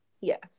Yes